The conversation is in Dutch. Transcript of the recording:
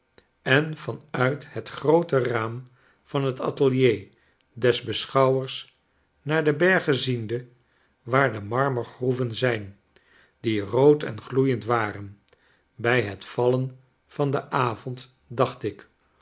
en van uit het groote raam van het atelier des beschouwers naar de bergen ziende waar de marmergroeven zijn die rood en gloeiend waren by het vallen van denavond dachtik